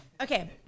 Okay